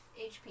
HP